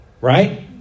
Right